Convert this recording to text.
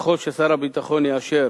ככל ששר הביטחון יאשר